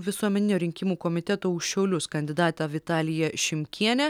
visuomeninio rinkimų komiteto už šiaulius kandidatą vitalija šimkienė